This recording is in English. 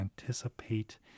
anticipate